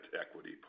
equity